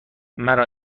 مرا